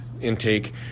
intake